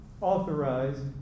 authorized